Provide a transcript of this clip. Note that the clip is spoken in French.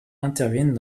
interviennent